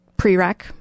prereq